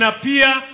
appear